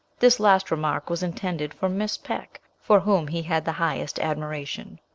this last remark was intended for miss peck, for whom he had the highest admiration.